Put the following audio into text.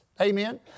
Amen